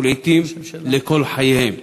ולעתים לכל חייהן.